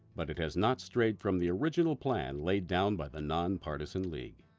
but it has not strayed from the original plan laid down by the nonpartisan league.